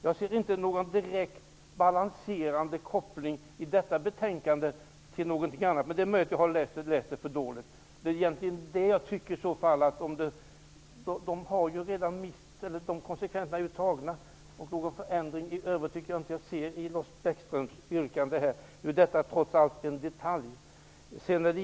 Jag ser inte någon direkt balanserande koppling i detta betänkande till någonting annat, men det är möjligt att jag läst det för dåligt. Konsekvenserna är redan tagna. Någon förändring tycker jag mig inte se i Lars Bäckströms yrkande. Detta är trots allt en detalj.